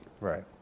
Right